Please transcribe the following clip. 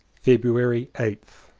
february eighth.